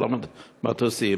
כל המטוסים.